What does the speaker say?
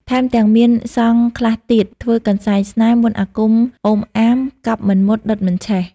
ថែមទាំងមានសង្ឃខ្លះទៀត ធ្វើកន្សែងស្នេហ៍ មន្តអាគមអូមអាម កាប់មិនមុតដុតមិនឆេះ ។